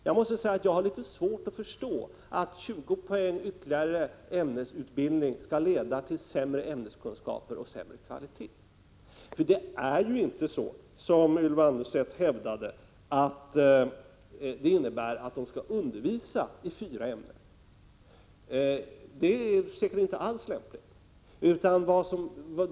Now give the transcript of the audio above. Jag har litet svårt att förstå att ytterligare 20 poängs ämnesutbildning skall leda till sämre ämneskunskaper och sämre kvalitet. Det innebär inte, som Ylva Annerstedt hävdade, att lärarna skall undervisa i fyra ämnen. Det är säkert inte alls lämpligt.